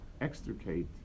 Extricate